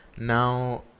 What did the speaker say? Now